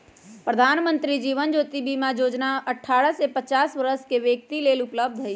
प्रधानमंत्री जीवन ज्योति बीमा जोजना अठारह से पचास वरस के व्यक्तिय लेल उपलब्ध हई